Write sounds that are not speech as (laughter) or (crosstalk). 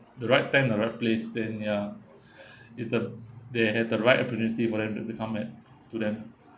the right time and the right place then ya (breath) it's the they have the right opportunity for them to become like to them